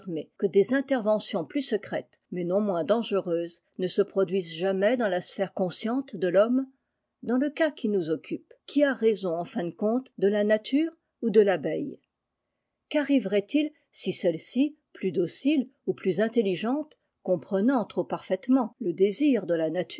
que des intervations plus secrètes mais non moins dangereuses ne se produisent jamais dans la sphère consciente de homme dans le cas qui nous occupe qui a raison en fin de compte de la nature ou iei l'abeille qu'arriverait-il si celle-ci plus do ic ou plus intelligente compi mant trop le désir de la nature